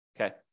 okay